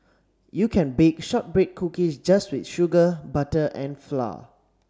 you can bake shortbread cookies just with sugar butter and flour